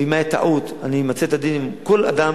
ואם היתה טעות אמצה את הדין עם כל אדם